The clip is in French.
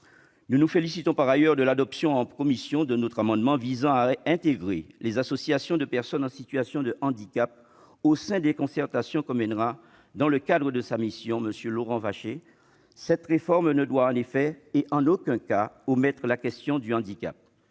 Nous nous félicitons également de l'adoption en commission de notre amendement visant à intégrer les associations de personnes en situation de handicap au sein des concertations que mènera, dans le cadre de sa mission, M. Laurent Vachey. Cette réforme ne doit, en effet, et en aucun cas, omettre la question du handicap.